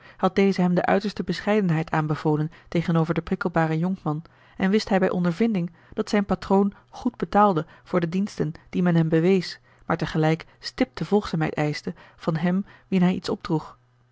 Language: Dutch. had deze hem de uiterste bescheidenheid aanbevolen tegenover den prikkelbaren jonkman en wist hij bij ondervinding dat zijn patroon goed betaalde voor de diensten die men hem bewees maar tegelijk stipte volgzaamheid eischte van hem wien hij iets opdroeg